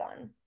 on